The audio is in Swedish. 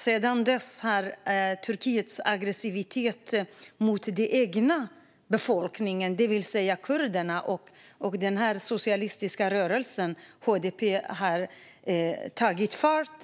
Sedan dess har Turkiets aggressivitet mot den egna befolkningen, det vill säga kurderna och den socialistiska rörelsen HDP, tagit fart.